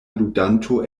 ludanto